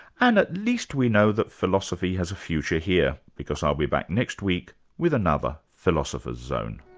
and at least we know that philosophy has a future here, because i'll be back next week with another philosopher's zone